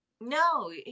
No